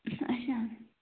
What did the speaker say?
اچھا